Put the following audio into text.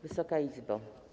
Wysoka Izbo!